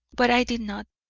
but i did not.